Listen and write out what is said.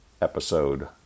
episode